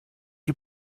you